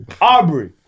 Aubrey